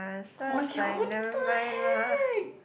who ask you go what the heck